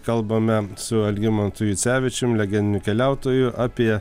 kalbame su algimantu jucevičium legendiniu keliautoju apie